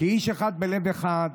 כאיש אחד בלב אחד,